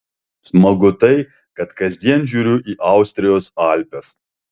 smagu tai kad kasdien žiūriu į austrijos alpes